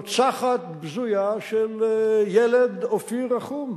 רוצחת בזויה של ילד, אופיר רחום.